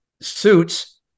suits